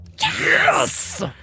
Yes